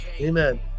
amen